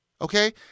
Okay